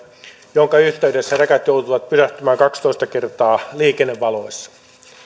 jonka yhteydessä rekat joutuvat pysähtymään kaksitoista kertaa liikennevaloissa